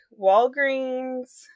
Walgreens